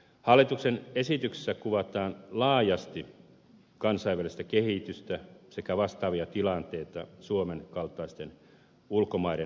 hallituksen esityksessä kuvataan laajasti kansainvälistä kehitystä sekä vastaavia tilanteita suomen kaltaisten ulkomaiden lainsäädännössä